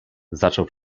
zaczął